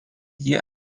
jie